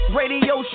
radio